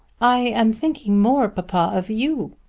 i am thinking more, papa, of you,